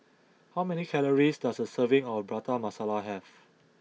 how many calories does a serving of Prata Masala have